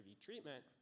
treatment